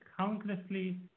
countlessly